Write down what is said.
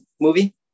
movie